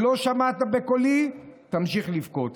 לא שמעת בקולי, תמשיך לבכות.